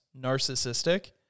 narcissistic